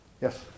Yes